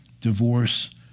divorce